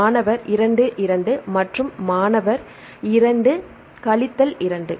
மாணவர் 2 2 மற்றும் 2 கழித்தல் 2